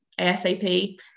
ASAP